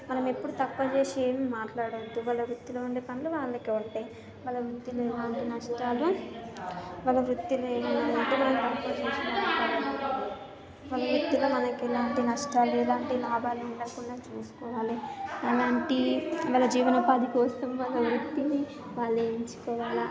మనం ఎప్పుడూ తక్కువ చేసి ఏం మాట్లాడవద్దు వాళ్ల వృత్తిలో ఉండే పనులు వాళ్లకే ఉంటాయి వాళ్ల వృత్తిలో ఉండే నష్టాలు వాళ్ల వృత్తిని మనం తక్కువ చేసిమాట్లాడకూడదు వాళ్ల వృత్తిలో వాళ్లకి ఎలాంటి నష్టాలు ఎలాంటి లాభాలు ఉండకుండా చూసుకోవాలి ఎలాంటి వాళ్ల జీవనోపాధి కోసం వాళ్ల వృత్తిని వాళ్ళు ఎంచుకోవాలా